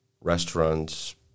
Restaurants